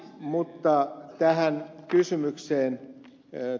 mutta tähän kysymykseen minkä ed